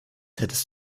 hättest